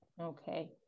Okay